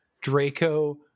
Draco